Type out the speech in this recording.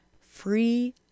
Free